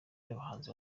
y’abahanzi